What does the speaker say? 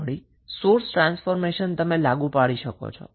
વળી તમે સોર્સ ટ્રાન્સફોર્મેશનને લાગુ પાડી શકો છો